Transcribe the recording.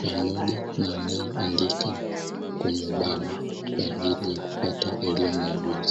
pamoja na anayeandika kwenye ubao kwa ajili ya kupata elimu na ujuzi.